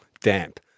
damp